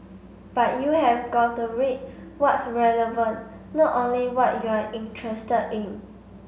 but you have got to read what's relevant not only what you're interested in